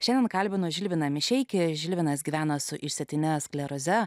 šiandien kalbino žilviną mišeikį žilvinas gyvena su išsėtine skleroze